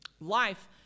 Life